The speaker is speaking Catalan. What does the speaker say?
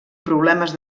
problemes